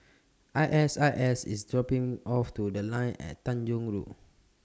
I S I S IS dropping Me off to The Line At Tanjong Rhu